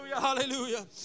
hallelujah